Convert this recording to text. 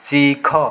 ଶିଖ